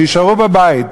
שיישארו בבית.